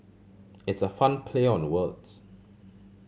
it's a fun play on the words